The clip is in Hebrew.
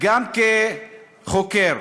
גם כחוקר,